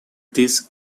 this